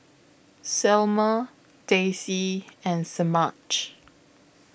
Selmer Daisey and Semaj